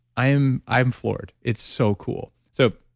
i'm i'm floored. it's so cool. so,